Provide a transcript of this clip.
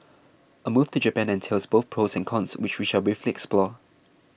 a move to Japan entails both pros and cons which we shall briefly explore